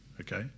okay